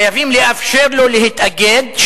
חייבים לאפשר לו להתאגד,